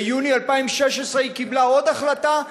ביוני 2016 היא קיבלה עוד החלטה,